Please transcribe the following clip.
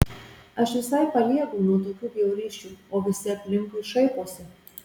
aš visai paliegau nuo tokių bjaurysčių o visi aplinkui šaiposi